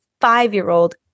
five-year-old